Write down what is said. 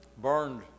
burned